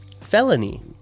felony